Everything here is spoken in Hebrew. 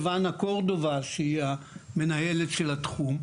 לבנה קורדובה שהיא המנהלת של התחום,